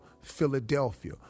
Philadelphia